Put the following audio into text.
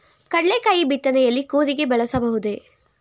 ಕಡ್ಲೆಕಾಯಿ ಬಿತ್ತನೆಯಲ್ಲಿ ಕೂರಿಗೆ ಬಳಸಬಹುದೇ?